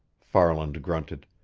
farland grunted.